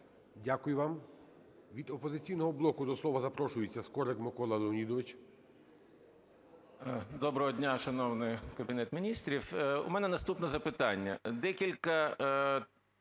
Дякую вам. Від "Опозиційного блоку" до слова запрошується Скорик Микола Леонідович. 10:28:55 СКОРИК М.Л. Доброго дня, шановний Кабінет Міністрів. У мене наступне запитання.